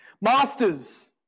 Masters